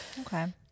okay